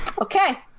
Okay